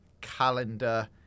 calendar